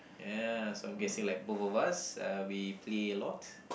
ya so I'm guessing like both of us uh we play a lot